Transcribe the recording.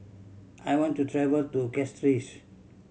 I want to travel to Castries